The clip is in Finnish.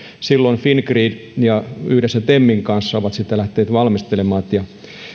silloin fingrid yhdessä temin kanssa on lähtenyt tätä valmistelemaan ja